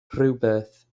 rhywbeth